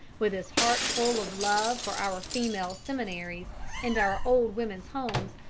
with his heart full of love for our female seminaries and our old women's homes,